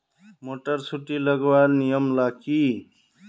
Motor सुटी लगवार नियम ला की?